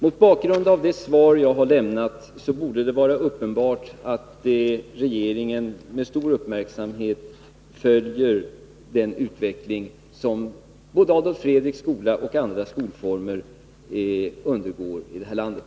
Mot bakgrund av det svar jag har lämnat borde det vara uppenbart att regeringen med stor uppmärksamhet följer den utveckling som både Adolf Fredriks skola och andra skolor undergår i det här landet.